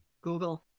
Google